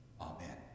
amen